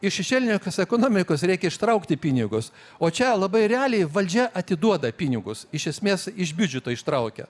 iš šešėlinė ekonomikos reikia ištraukti pinigus o čia labai realiai valdžia atiduoda pinigus iš esmės iš biudžeto ištraukia